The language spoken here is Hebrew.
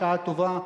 בשעה טובה,